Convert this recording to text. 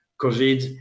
COVID